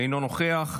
אינו נוכח,